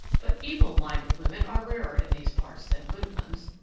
but evil-minded women are rarer in these parts than good ones,